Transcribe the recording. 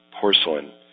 porcelain